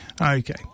Okay